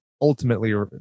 ultimately